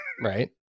Right